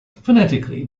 phonetically